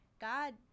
God